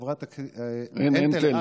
אין תל"ם.